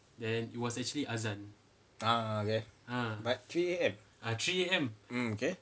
ah okay but three A_M mm okay